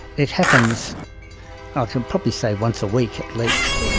it happens i could probably say once a week at least,